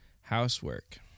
housework